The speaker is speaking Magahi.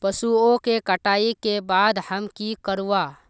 पशुओं के कटाई के बाद हम की करवा?